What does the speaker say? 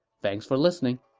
thanks for listening